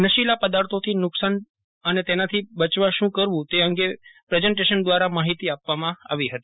નશીલા પદાર્થોથી નુકસાન તેનાથી બચવા શું કરવું વગેરે અંગે પ્રેઝન્ટેશન દ્વારા માફિતી આપવામાં આવી હતી